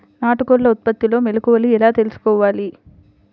నాటుకోళ్ల ఉత్పత్తిలో మెలుకువలు ఎలా తెలుసుకోవాలి?